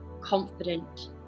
confident